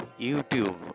youtube